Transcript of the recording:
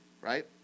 Right